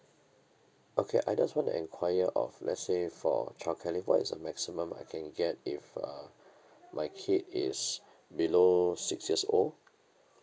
okay I just want to enquire of let's say for childcare leave what is a maximum I can get if uh my kid is below six years old